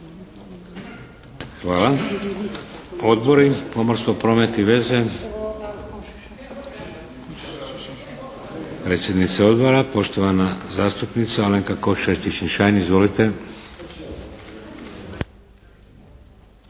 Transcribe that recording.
Hvala. Odbori? Pomorstvo, promet i veze? Predsjednica odbora, poštovana zastupnica Alenka Košiša Čičin-Šain. Izvolite.